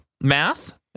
math